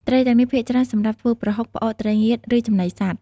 ត្រីទាំងនេះភាគច្រើនសម្រាប់ធ្វើប្រហុក ផ្អក ត្រីងៀត ឬចំណីសត្វ។